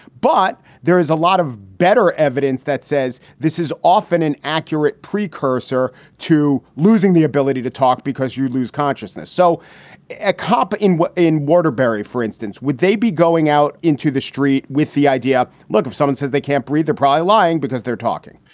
but there is a lot of better evidence that says this is often an accurate precursor to losing the ability to talk because you lose consciousness. so a cop in in waterbury, for instance, would they be going out into the street with the idea, look, if someone says they can't breathe, they're probably lying because they're talking?